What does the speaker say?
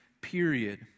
period